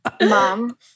Mom